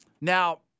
Now